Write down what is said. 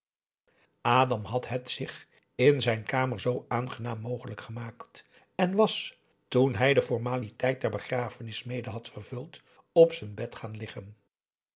adam had het zich in zijn kamer zoo aangenaam mogelijk gemaakt en was toen hij de formaliteit der begrafenis mede had vervuld op z'n bed gaan liggen